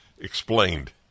explained